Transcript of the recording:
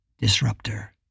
disruptor